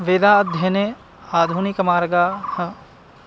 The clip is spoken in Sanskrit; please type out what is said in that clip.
वेदाध्ययने आधुनिकमार्गाः